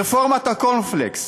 רפורמת הקורנפלקס,